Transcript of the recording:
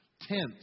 tents